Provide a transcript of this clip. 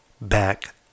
back